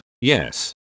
Yes